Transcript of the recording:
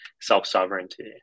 self-sovereignty